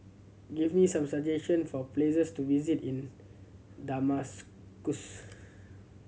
give me some suggestion for places to visit in Damascus